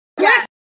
yes